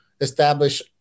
establish